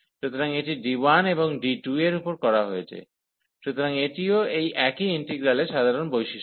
সুতরাং এটি D1 এবং এটি D2 এর উপর করা হয়েছে সুতরাং এটিও এই একক ইন্টিগ্রালের সাধারণ বৈশিষ্ট্য